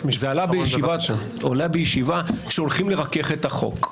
זה עלה בישיבה שהולכים לרכך את החוק.